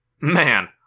Man